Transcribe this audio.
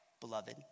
beloved